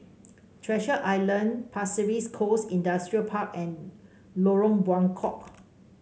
Treasure Island Pasir Ris Coast Industrial Park and Lorong Buangkok